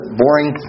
boring